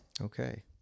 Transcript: Okay